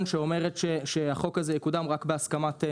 וההחלטה אומרת שהחוק הזה יקודם רק בהסכמה.